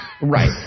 Right